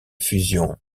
fusion